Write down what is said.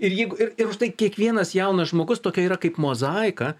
ir jeigu ir ir užtai kiekvienas jaunas žmogus tokia yra kaip mozaika